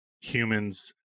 humans